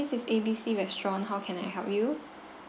hi this is A B C restaurant how can I help you